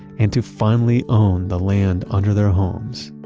and to finally own the land under their homes,